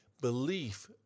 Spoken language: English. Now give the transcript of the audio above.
belief